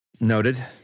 noted